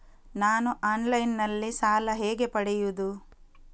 ನಾನು ಆನ್ಲೈನ್ನಲ್ಲಿ ಸಾಲ ಹೇಗೆ ಪಡೆಯುವುದು?